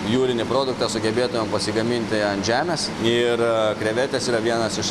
jūrinį produktą sugebėtumėm pasigaminti ant žemės ir krevetės yra vienas iš